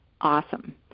awesome